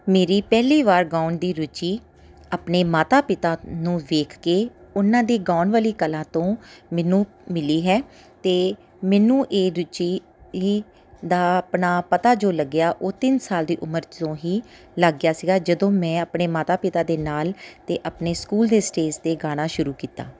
ਮੇਰੀ ਪਹਿਲੀ ਵਾਰ ਗਾਉਣ ਦੀ ਰੁਚੀ ਆਪਣੇ ਮਾਤਾ ਪਿਤਾ ਨੂੰ ਵੇਖ ਕੇ ਉਹਨਾਂ ਦੀ ਗਾਉਣ ਵਾਲੀ ਕਲਾ ਤੋਂ ਮੈਨੂੰ ਮਿਲੀ ਹੈ ਅਤੇ ਮੈਨੂੰ ਇਹ ਰੁਚੀ ਈ ਦਾ ਆਪਣਾ ਪਤਾ ਜੋ ਲੱਗਿਆ ਉਹ ਤਿੰਨ ਸਾਲ ਦੀ ਉਮਰ 'ਚ ਤੋਂ ਹੀ ਲੱਗ ਗਿਆ ਸੀਗਾ ਜਦੋਂ ਮੈਂ ਆਪਣੇ ਮਾਤਾ ਪਿਤਾ ਦੇ ਨਾਲ ਅਤੇ ਆਪਣੇ ਸਕੂਲ ਦੇ ਸਟੇਜ 'ਤੇ ਗਾਉਣਾ ਸ਼ੁਰੂ ਕੀਤਾ